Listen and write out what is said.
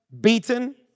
beaten